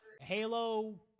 halo